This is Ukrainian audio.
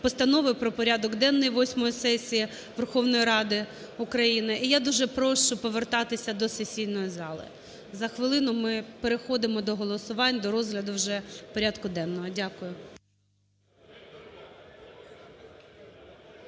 Постанови про порядок денний восьмої сесії Верховної Ради України. І я дуже прошу повертатися до сесійної зали, за хвилину ми переходимо до голосувань, до розгляду вже порядку денного. Дякую.